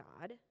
God